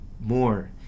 more